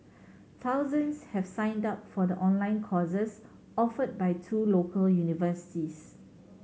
thousands have signed up for the online courses offered by two local universities